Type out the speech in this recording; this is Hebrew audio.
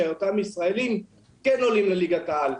שאותם ישראלים כן עולים לליגת העל.